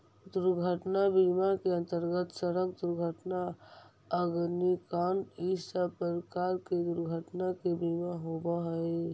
दुर्घटना बीमा के अंतर्गत सड़क दुर्घटना अग्निकांड इ सब प्रकार के दुर्घटना के बीमा होवऽ हई